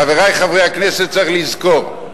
חברי חברי הכנסת, צריך לזכור: